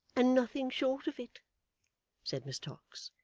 and nothing short of it said miss tox.